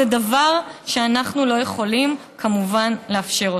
זה דבר שאנחנו לא יכולים כמובן לאפשר אותו.